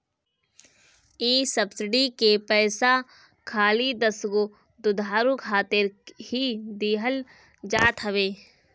इ सब्सिडी के पईसा खाली दसगो दुधारू खातिर ही दिहल जात हवे